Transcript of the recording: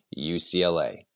UCLA